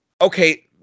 okay